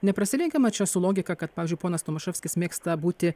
neprasilenkia mat čia su logika kad pavyzdžiui ponas tomaševskis mėgsta būti